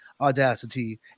audacity